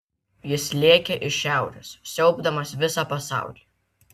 jis lėkė iš šiaurės siaubdamas visą pasaulį